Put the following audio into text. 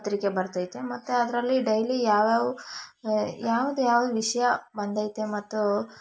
ಪತ್ರಿಕೆ ಬರ್ತೈತೆ ಮತ್ತು ಅದರಲ್ಲಿ ಡೈಲಿ ಯಾವ ಯಾವ ಯಾವ್ದು ಯಾವ್ದು ವಿಷಯ ಬಂದೈತೆ ಮತ್ತು